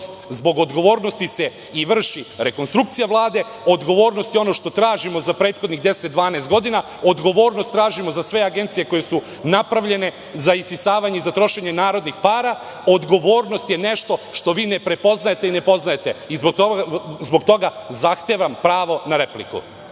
Zbog odgovornosti se i vrši rekonstrukcija Vlade, odgovornost je ono što tražimo za prethodnih 10-12 godina, odgovornost tražimo za sve agencije koje su napravljene za isisavanje i za trošenje narodnih para, odgovornost je nešto što vi ne prepoznajete i ne poznajete. Zbog toga zahtevam pravo na repliku.